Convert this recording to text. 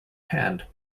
hand